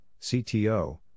CTO